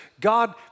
God